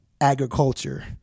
agriculture